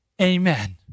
Amen